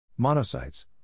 Monocytes